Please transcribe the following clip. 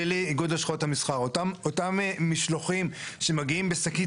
המטרה להפחית צריכה.